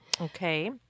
okay